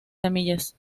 semillas